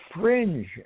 fringe